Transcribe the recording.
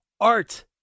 art